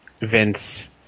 Vince –